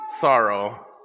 sorrow